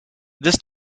this